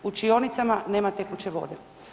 U učionicama nema tekuće vode.